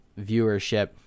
viewership